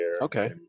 Okay